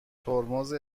ترمز